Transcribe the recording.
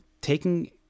taking